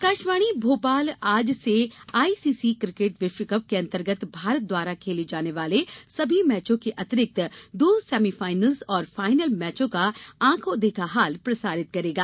सूचना आकाशवाणी भोपाल आज से आई सी सी किकेट विश्वकप के अंतर्गत भारत द्वारा खेले जाने वाले सभी मैचों के अतिरिक्त दो सेमीफाइनल्स और फाइनल मैचों का आंखो देखा हाल प्रसारित करेगा